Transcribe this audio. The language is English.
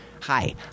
Hi